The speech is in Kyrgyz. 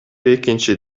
экинчи